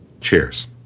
Cheers